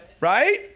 Right